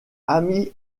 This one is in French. amy